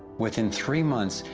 within three months,